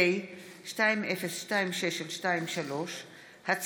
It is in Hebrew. פ/2026/23 וכלה בהצעת חוק פ/2069/23,